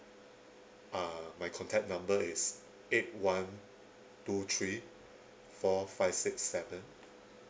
uh my contact number is eight one two three four five six seven